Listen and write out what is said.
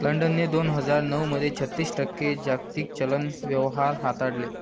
लंडनने दोन हजार नऊ मध्ये छत्तीस टक्के जागतिक चलन व्यवहार हाताळले